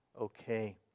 okay